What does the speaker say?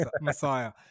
Messiah